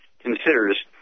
considers